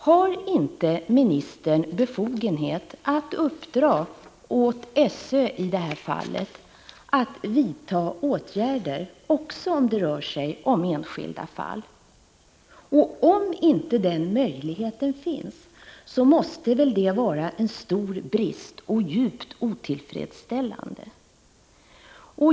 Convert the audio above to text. Har inte ministern befogenhet att uppdra åt i det här fallet SÖ att vidta åtgärder också om det rör sig om enskilda fall? Om inte den möjligheten finns, måste det väl vara en stor brist och kännas djupt otillfredsställande?